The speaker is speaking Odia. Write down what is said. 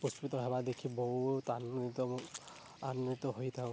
ପୁଷ୍ପିତ ହେବା ଦେଖି ବହୁତ ଆନନ୍ଦିତ ଆନନ୍ଦିତ ହୋଇଥାଉ